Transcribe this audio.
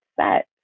set